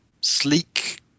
sleek